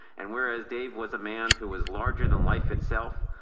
and whereas dave was a man who was larger than life itself,